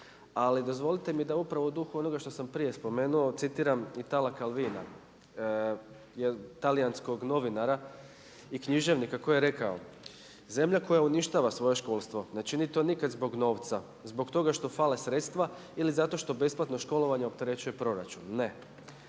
Ali dozvolite mi da upravo u duhu onoga što sam prije spomenuo citiram Itala Calvina, talijanskog novinara i književnika koji je rekao: „Zemlja koja uništava svoje školstvo ne čini to nikad zbog novca, zbog toga što fale sredstva ili zato što besplatno školovanje opterećuje proračun. Ne,